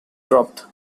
dropped